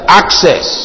access